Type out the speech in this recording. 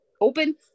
open